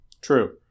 True